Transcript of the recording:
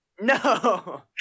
no